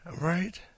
Right